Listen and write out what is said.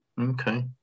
Okay